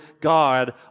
God